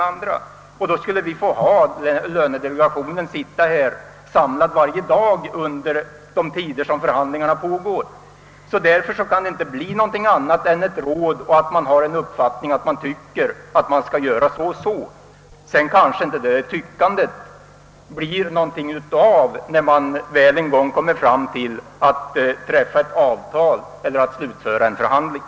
Om lönedelegationen skulle göra annat än ge råd, skulle vi få ha den samlad varje dag då förhandlingar pågår. Jag vill alltså framhålla, att lönedelegationen kan ha synpunkter i dessa frågor, men det är också möjligt att dessa synpunkter aldrig ger något konkret resultat när man kommer fram till att upprätta avtal efter slutförda förhandlingar.